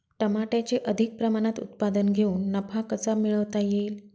टमाट्याचे अधिक प्रमाणात उत्पादन घेऊन नफा कसा मिळवता येईल?